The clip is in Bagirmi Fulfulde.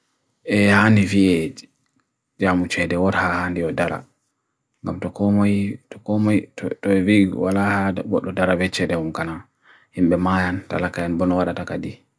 e han i viej jamu ched e orha han i o dalak nam tokomu i tokomu i to evig wala wala o dalak vech e de om kanha himbe mayan dalak ayan bunwaratak adi